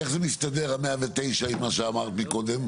איך זה מסתדר ה- 109 עם מה שאמרת מקודם?